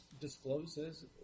discloses